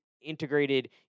integrated